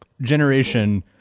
generation